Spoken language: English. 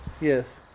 Yes